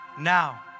now